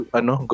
ano